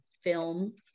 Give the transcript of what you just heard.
film